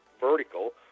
vertical